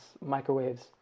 Microwaves